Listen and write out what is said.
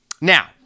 Now